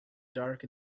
dark